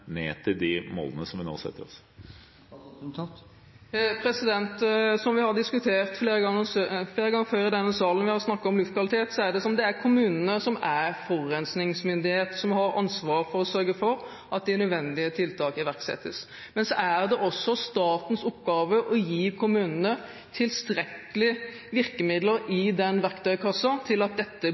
ned til de målene vi nå setter oss? Som vi har diskutert flere ganger før i denne salen når vi har snakket om luftkvalitet, er det kommunene som er forurensningsmyndighet, og som har ansvar for å sørge for at de nødvendige tiltak iverksettes. Men det er også statens oppgave å gi kommunene tilstrekkelig med virkemidler i verktøykassen til at dette